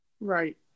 right